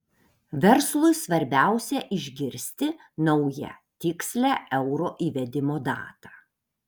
verslui svarbiausia išgirsti naują tikslią euro įvedimo datą